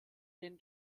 den